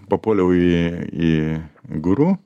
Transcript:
papuoliau į į guru